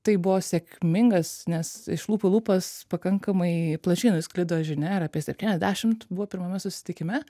tai buvo sėkmingas nes iš lūpų į lūpas pakankamai plačiai nusklido žinia ir apie septyniasdešimt buvo pirmame susitikime